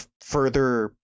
further